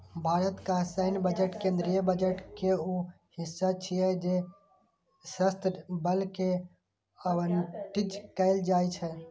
भारतक सैन्य बजट केंद्रीय बजट के ऊ हिस्सा छियै जे सशस्त्र बल कें आवंटित कैल जाइ छै